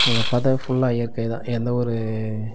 அங்கே பார்த்தா ஃபுல்லா இயற்கை தான் எந்தவொரு